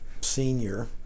senior